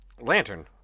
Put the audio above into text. lantern